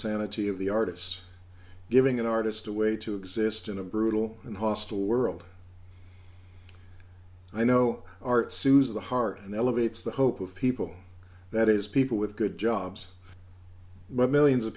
sanity of the artists giving an artist a way to exist in a brutal and hostile world i know art sues the heart and elevates the hope of people that is people with good jobs but millions of